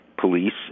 police